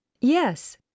Yes